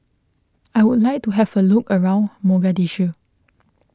I would like to have a look around Mogadishu